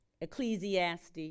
Ecclesiastes